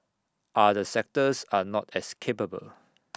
other sectors are not as capable